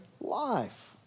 life